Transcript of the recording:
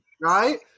right